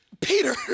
Peter